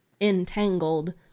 entangled